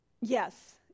Yes